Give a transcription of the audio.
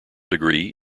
degree